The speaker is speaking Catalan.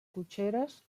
cotxeres